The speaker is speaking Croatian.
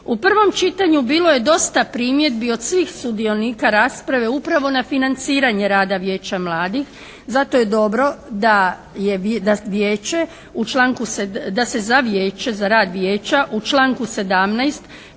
U prvom čitanju bilo je dosta primjedbi od svih sudionika rasprave upravo na financiranje rada Vijeća mladih, zato je dobro da Vijeća u članku,